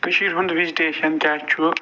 کٔشیٖرۍ ہُنٛد وِجٹیشَن کیٛاہ چھُ